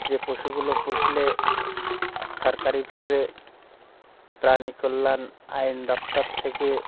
যে পশুগুলো পুষলে সরকারিভাবে প্রাণী কল্যাণ আইন দপ্তর থেকে